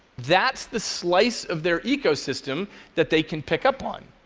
that's the slice of their ecosystem that they can pick up on,